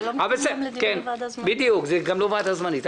זה גם לא דיון לוועדה זמנית.